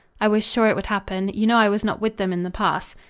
i was sure it would happen. you know i was not with them in the pass.